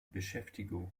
beschäftigung